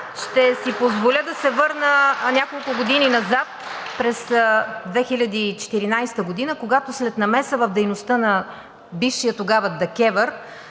ще си позволя да се върна няколко години назад. През 2014 г., когато след намеса в дейността на бившия тогава ДКЕВР